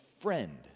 friend